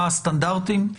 מה הסטנדרטים.